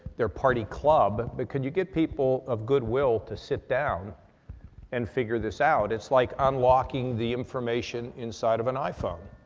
their party club, but could you get people of good will to sit down and figure this out. it's like unlocking the information inside of an iphone.